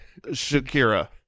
Shakira